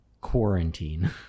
quarantine